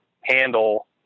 handle